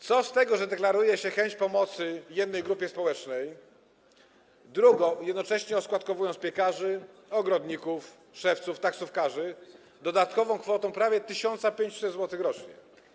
Co z tego, że deklaruje się chęć pomocy jednej grupie społecznej, skoro jednocześnie oskładkowuje się piekarzy, ogrodników, szewców, taksówkarzy dodatkową kwotą prawie 1500 zł rocznie?